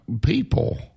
people